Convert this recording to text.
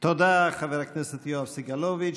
תודה, חבר הכנסת יואב סגלוביץ'.